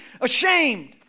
ashamed